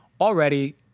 already